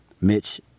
Mitch